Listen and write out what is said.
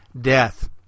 death